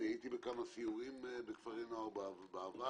אני הייתי בכמה סיורים בכפרי נוער בעבר,